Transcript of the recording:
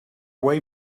way